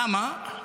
למה?